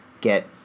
get